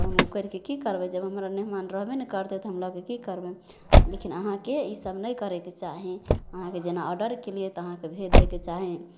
तऽ हम ओ करिकऽ कि करबै जब हमर मेहमान रहबे नहि करतै तऽ हम लऽ कऽ कि करबै लेकिन अहाँके ईसब नहि करैके चाही अहाँके जेना ऑडर केलिए तऽ अहाँके भेज दैके चाही